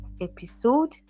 episode